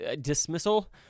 dismissal